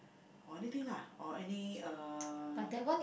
or anything lah or any uh